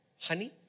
Honey